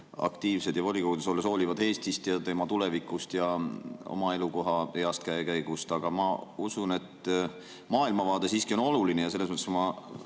aktiivsed ja volikogudes olles hoolivad Eestist, tema tulevikust ja oma elukoha heast käekäigust. Aga ma usun, et maailmavaade siiski on oluline, ja selles mõttes ma